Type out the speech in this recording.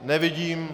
Nevidím.